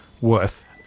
Worth